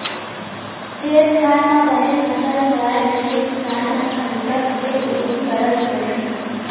खेत खार म बने फसल होवय कहिके किसान मन ह बिकट के उदिम करत रहिथे